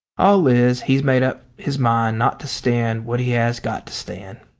all is, he's made up his mind not to stand what he has got to stand.